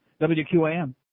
WQAM